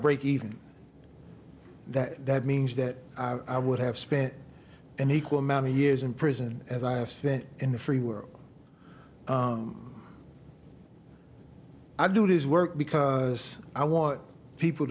break even that that means that i would have spent an equal amount of years in prison as i have said in the free world i do this work because i want people